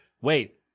Wait